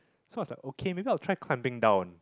so I was like okay maybe I try climbing down